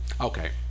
Okay